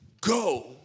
go